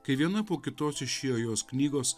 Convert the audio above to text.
kai viena po kitos išėjo jos knygos